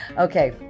Okay